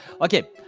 Okay